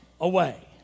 away